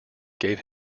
gave